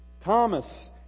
Thomas